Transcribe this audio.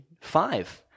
five